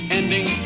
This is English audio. ending